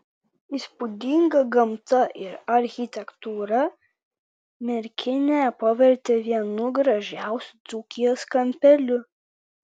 įspūdinga gamta ir architektūra merkinę pavertė vienu gražiausių dzūkijos kampelių